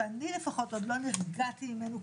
שאני לפחות עוד לא נרגעתי ממנו.